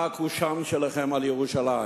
מה הקושאן שלכם על ירושלים?